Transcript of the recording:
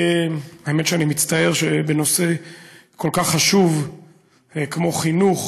האמת היא שאני מצטער שבנושא כל כך חשוב כמו חינוך